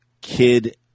Kid